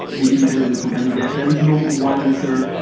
really depends on the company. there there is no one answer,